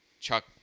Chuck